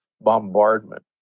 bombardment